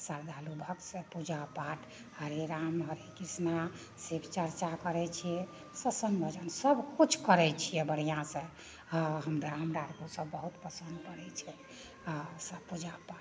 श्रद्धालु भक्त सब पूजापाठ हरे राम हरे कृष्णा शिवचर्चा करै छियै सत्सङ्ग भजन सबकिछु करैत छियै बढ़िआँसँ हँ हमरा हमरा आरके ओ सब बहुत पसंद पड़ैत छै आ सब पूजापाठ